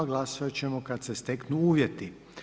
Glasoviti ćemo kada se steknu uvjeti.